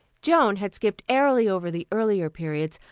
joan had skipped airily over the earlier periods,